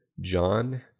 John